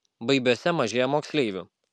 baibiuose mažėja moksleivių